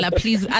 please